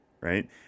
Right